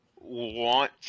want